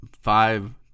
five –